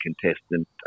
contestant